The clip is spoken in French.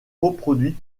reproduit